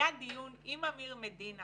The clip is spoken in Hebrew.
היה דיון בהשתתפות אמיר מדינה